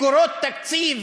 מקורות תקציב,